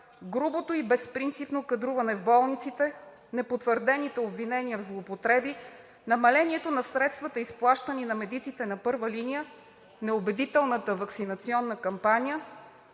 грубото и безпринципно кадруване в болниците, непотвърдените обвинения в злоупотреби, намалението на средствата, изплащани на медиците на първа линия, неубедителната ваксинационна кампания,